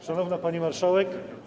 Szanowna Pani Marszałek!